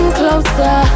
closer